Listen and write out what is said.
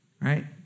right